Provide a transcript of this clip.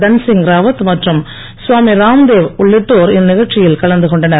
தன்சிங் ராவத் மற்றும் சுவாமி ராம்தேவ் உள்ளிட்டோர் இந்நிகழ்ச்சியில் கலந்து கொண்டனர்